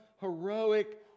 heroic